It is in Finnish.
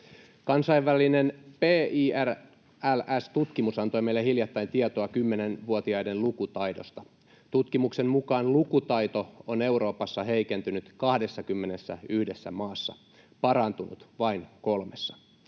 Kansainvälinen PIRLS-tutkimus antoi meille hiljattain tietoa kymmenenvuotiaiden lukutaidosta. Tutkimuksen mukaan lukutaito on Euroopassa heikentynyt 21 maassa, parantunut vain kolmessa.